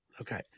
Okay